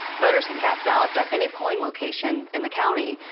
voters can cast ballots at any polling location in the county.